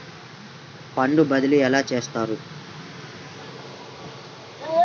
Fund బదిలీ ఎలా చేస్తారు?